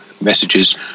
messages